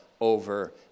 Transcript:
over